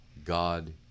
God